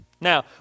Now